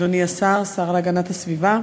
אדוני השר, השר להגנת הסביבה,